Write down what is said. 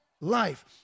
Life